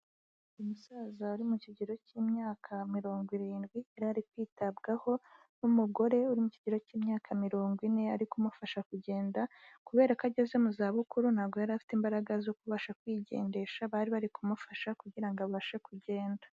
Umusaza uri mu kigero cy'imyaka mirongo irindwi ari kwitabwaho n'umugore uri mu kigero cy'imyaka mirongo ine. Ari kumufasha kugenda, kubera ko ageze mu za bukuru ntabwo yari afite imbaraga zo kubasha kwigendesha, bari bari kumufasha kugira ngo abashe kugenda.